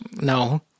no